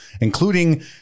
including